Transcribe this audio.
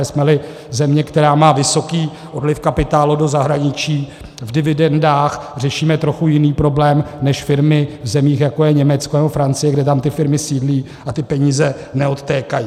Jsmeli země, která má vysoký odliv kapitálu do zahraničí v dividendách, řešíme trochu jiný problém než firmy v zemích, jako je Německo nebo Francie, kde tam ty firmy sídlí a ty peníze neodtékají.